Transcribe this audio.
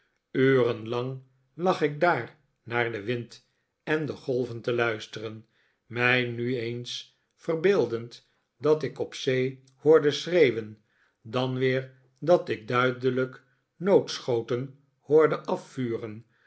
lang lag ik daar naar den wind en de golven te luisteren mij nu eens verbeeldend dat ik op zee hoorde schreeuwen dan weer dat ik duidelijk noodschoten hoorde afvuren